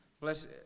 bless